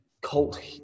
cult